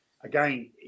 again